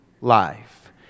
life